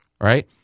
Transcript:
right